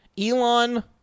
Elon